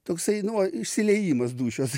toksai nu va išsiliejimas dūšios